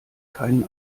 keinen